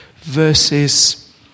verses